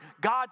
God